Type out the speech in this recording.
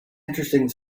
interesting